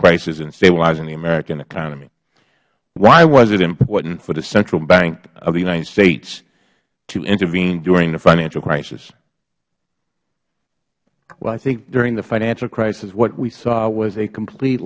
crisis and stabilizing the american economy why was it important for the central bank of the united states to intervene during the financial crisis mister dudley well i think during the financial crisis what we saw was a complete